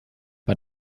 bei